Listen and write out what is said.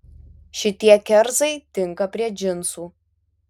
šitie kerzai tinka prie džinsų